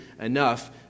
enough